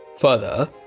Further